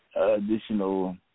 additional